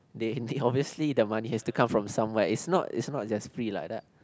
they they obviously the money has to come from somewhere it's not it's not just free like that